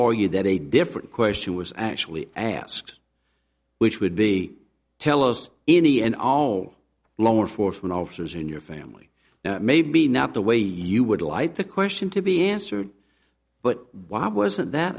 you that a different question was actually i asks which would be tell us any and all lower force one officers in your family maybe not the way you would like the question to be answered but why wasn't that